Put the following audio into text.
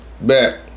Back